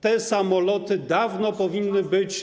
Te samoloty dawno powinny być.